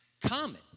Common